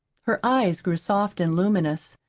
her eyes grew soft and luminous.